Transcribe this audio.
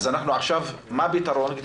מה הפתרון?